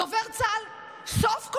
דובר צה"ל מודה